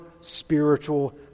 spiritual